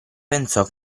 pensò